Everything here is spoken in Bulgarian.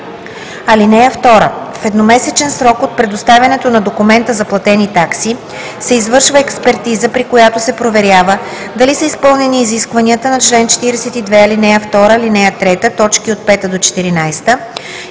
(2) В едномесечен срок от представянето на документа за платени такси се извършва експертиза, при която се проверява дали са изпълнени изискванията на чл. 42, ал. 2, ал. 3, т. 5 – 14 и